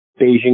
Beijing